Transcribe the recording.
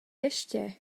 ještě